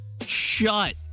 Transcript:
shut